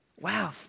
wow